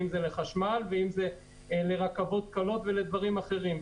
לחשמל או לרכבות קלות ודברים אחרים.